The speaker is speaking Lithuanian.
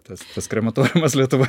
tas krematoriumas lietuvoj